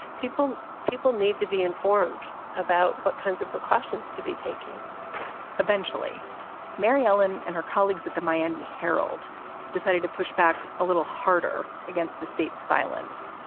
people people need to be informed about what kinds of precautions to be taking eventually mary ellen and her colleagues at the miami herald decided to push back a little harder against the state silence.